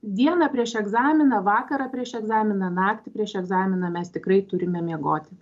dieną prieš egzaminą vakarą prieš egzaminą naktį prieš egzaminą mes tikrai turime miegoti